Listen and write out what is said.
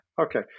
Okay